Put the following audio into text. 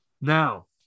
Now